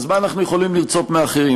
אז מה אנחנו יכולים לרצות מאחרים?